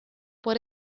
por